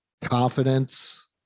confidence